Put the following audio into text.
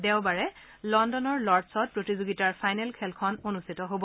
দেওবাৰে লণ্ডনৰ লৰ্ডছত প্ৰতিযোগিতাৰ ফাইনেল খেলখন অনুষ্ঠিত হব